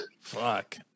Fuck